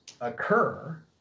occur